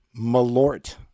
Malort